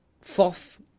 fourth